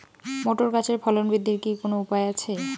Motor গাছের ফলন বৃদ্ধির কি কোনো উপায় আছে?